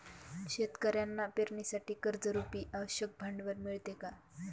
शेतकऱ्यांना पेरणीसाठी कर्जरुपी आवश्यक भांडवल मिळते का?